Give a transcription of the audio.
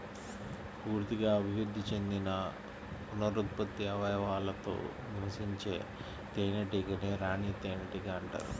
పూర్తిగా అభివృద్ధి చెందిన పునరుత్పత్తి అవయవాలతో నివసించే తేనెటీగనే రాణి తేనెటీగ అంటారు